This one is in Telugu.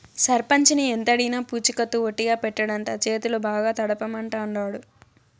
సర్పంచిని ఎంతడిగినా పూచికత్తు ఒట్టిగా పెట్టడంట, చేతులు బాగా తడపమంటాండాడు